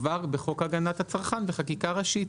כבר בחוק הגנת הצרכן בחקיקה ראשית.